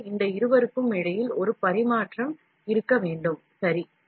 எனவே இந்த இருவருக்கும் இடையில் ஒரு பரிமாற்றம் இருக்க வேண்டும் சரி